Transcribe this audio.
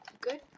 Good